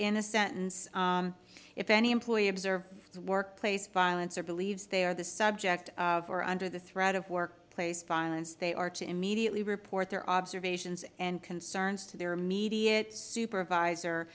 in a sentence if any employee observed workplace violence or believes they are the subject of or under the threat of workplace violence they are to immediately report their observations and concerns to their immediate supervisor